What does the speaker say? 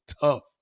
tough